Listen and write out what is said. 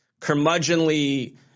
curmudgeonly